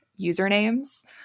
usernames